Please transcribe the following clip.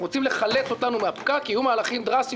אנחנו רוצים לחלץ אותנו מהפקק כי יהיו מהלכים דרסטיים